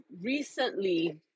recently